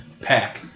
Pack